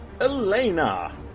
Elena